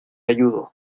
ayudo